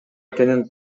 экенин